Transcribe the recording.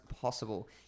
possible